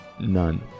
None